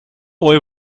boy